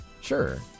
Sure